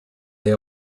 they